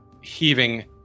heaving